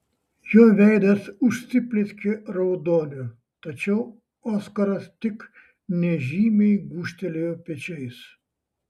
jo veidas užsiplieskė raudoniu tačiau oskaras tik nežymiai gūžtelėjo pečiais